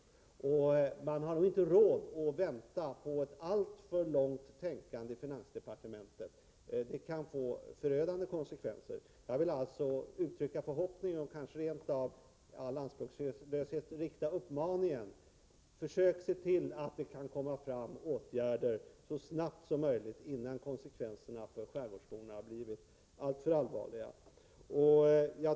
De som bor i skärgården har nog inte råd att vänta på ett alltför långvarigt tänkande i finansdepartementet. Det kan få förödande konsekvenser. Jag vill därför, i all anspråkslöshet, till regeringen rikta uppmaningen: Försök se till att det kommer fram åtgärder så snart som möjligt, innan konsekvenserna för skärgårdsborna har blivit alltför allvarliga.